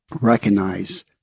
recognize